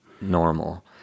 normal